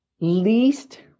least